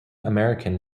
american